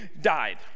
died